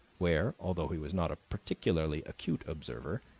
where, although he was not a particularly acute observer,